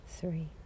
three